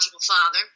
father